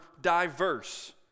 diverse